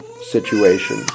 situation